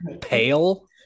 pale